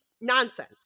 nonsense